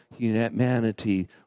humanity